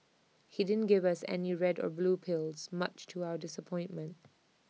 he didn't give us any red or blue pills much to our disappointment